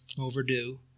overdue